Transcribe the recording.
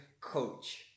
coach